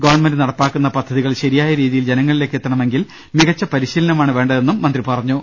government നടപ്പാക്കുന്ന പദ്ധതികൾ ശരിയായ രീതിയിൽ ജനങ്ങളിലേക്ക് എത്തണമെങ്കിൽ മികച്ച പരിശീലനമാണ് വേണ്ടതെന്നും മന്ത്രി പറഞ്ഞു